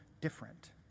different